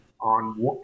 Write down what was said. on